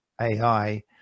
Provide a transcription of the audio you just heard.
AI